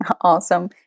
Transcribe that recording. Awesome